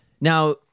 Now